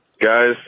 Guys